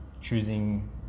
choosing